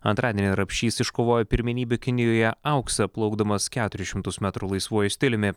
antradienį rapšys iškovojo pirmenybių kinijoje auksą plaukdamas keturis šimtus metrų laisvuoju stiliumi